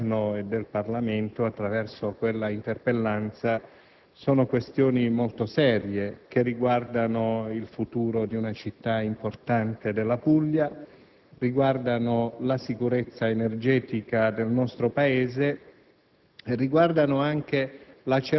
poste all'attenzione del Governo e del Parlamento attraverso la sua interpellanza, sono questioni molto serie, che riguardano il futuro di una città importante della Puglia, riguardano la sicurezza energetica del nostro Paese,